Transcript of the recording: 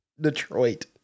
Detroit